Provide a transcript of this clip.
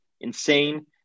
insane